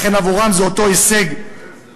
לכן, עבורם זה אותו הישג מוחשי.